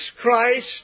Christ